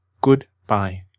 Goodbye